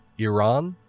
iran,